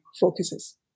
focuses